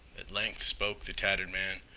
at length spoke the tattered man,